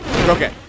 Okay